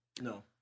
No